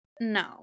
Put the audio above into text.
No